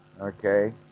okay